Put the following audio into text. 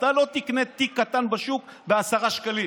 אתה לא תקנה תיק קטן בשוק ב-10 שקלים,